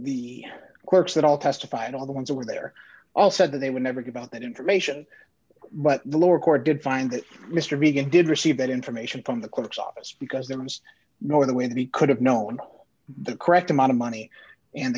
the quirks that all testified all the ones who were there all said that they would never give out that information but the lower court did find that mr reagan did receive that information from the critics office because there was no other way that he could have known the correct amount of money and